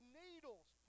needles